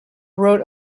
wrote